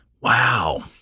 Wow